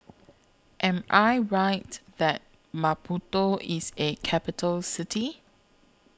Am I Right that Maputo IS A Capital City